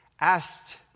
asked